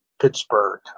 Pittsburgh